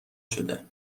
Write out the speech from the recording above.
شده